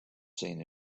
seen